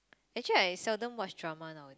actually I seldom watch drama now